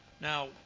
Now